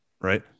Right